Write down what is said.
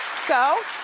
so,